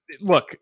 Look